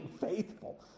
faithful